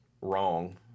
wrong